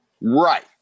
Right